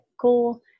cool